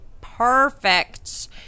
perfect